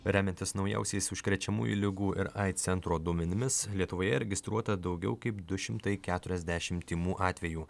remiantis naujausiais užkrečiamųjų ligų ir aids centro duomenimis lietuvoje registruota daugiau kaip du šimtai keturiasdešimt tymų atvejų